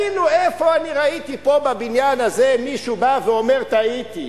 איפה אני ראיתי פה בבניין הזה מישהו בא ואומר: טעיתי,